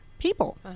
people